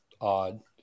odd